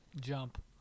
Jump